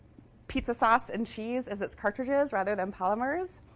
pizza sauce and cheese as its cartridges, rather than polymers.